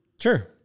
Sure